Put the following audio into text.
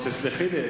תסלחי לי,